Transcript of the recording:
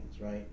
right